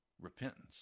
repentance